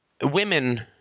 Women